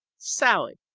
sallie.